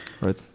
right